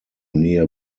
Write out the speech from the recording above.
near